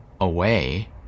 away